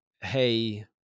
hey